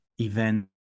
event